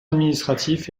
administratif